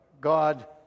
God